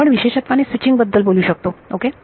आपण विशेषत्वाने स्विचींग बद्दल बोलू शकतो ओके